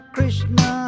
Krishna